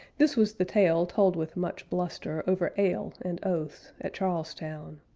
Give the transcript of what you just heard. this was the tale told with much bluster, over ale and oaths, at charles town.